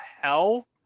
hell